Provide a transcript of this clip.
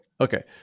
okay